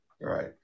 Right